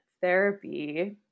therapy